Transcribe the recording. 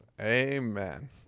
amen